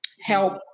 help